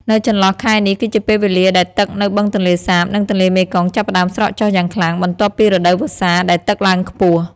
នៅចន្លោះខែនេះគឺជាពេលវេលាដែលទឹកនៅបឹងទន្លេសាប និងទន្លេមេគង្គចាប់ផ្តើមស្រកចុះយ៉ាងខ្លាំង បន្ទាប់ពីរដូវវស្សាដែលទឹកឡើងខ្ពស់។